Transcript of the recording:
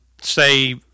say